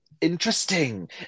interesting